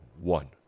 one